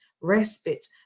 respite